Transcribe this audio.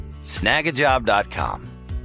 Snagajob.com